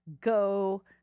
go